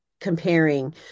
comparing